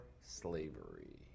Slavery